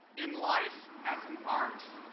in life as in art,